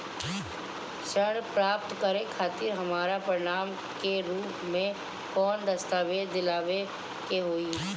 ऋण प्राप्त करे खातिर हमरा प्रमाण के रूप में कौन दस्तावेज़ दिखावे के होई?